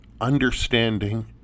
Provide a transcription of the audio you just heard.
understanding